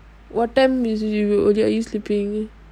what time you are you sleeping